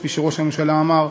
כפי שראש הממשלה אמר.